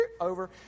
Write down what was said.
over